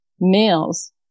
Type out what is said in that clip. males